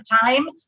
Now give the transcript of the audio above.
time